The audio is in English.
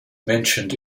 mentioned